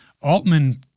Altman